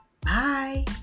Bye